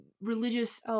religious